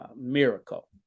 miracle